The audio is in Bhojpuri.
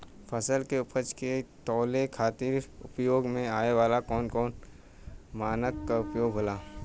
फसल के उपज के तौले खातिर उपयोग में आवे वाला कौन मानक के उपयोग होला?